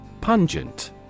Pungent